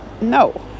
no